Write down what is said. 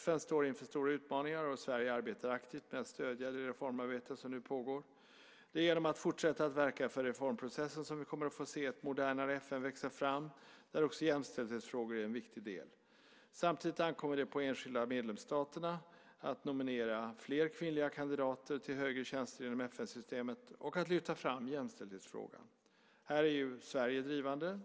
FN står inför stora utmaningar och Sverige arbetar aktivt med att stödja det reformarbete som nu pågår. Det är genom att fortsätta att verka för reformprocessen som vi kommer att få se ett modernare FN växa fram där också jämställdhetsfrågor är en viktig del. Samtidigt ankommer det på de enskilda medlemsstaterna att nominera fler kvinnliga kandidater till högre tjänster inom FN-systemet och att lyfta fram jämställdhetsfrågan. Här är Sverige drivande.